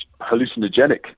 hallucinogenic